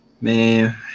Man